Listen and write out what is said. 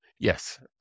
Yes